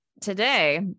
today